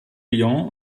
lyon